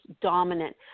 dominant